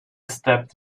stepped